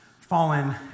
fallen